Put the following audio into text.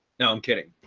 now. i'm kidding.